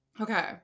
Okay